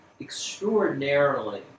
extraordinarily